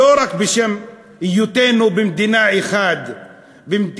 לא רק בשל היותנו במדינה אחת אלא